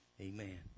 Amen